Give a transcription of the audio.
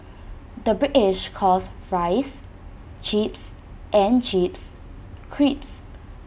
the British calls Fries Chips and Chips Crisps